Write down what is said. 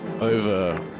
over